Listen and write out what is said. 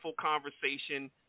conversation